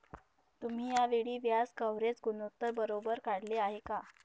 तुम्ही या वेळी व्याज कव्हरेज गुणोत्तर बरोबर काढले आहे का?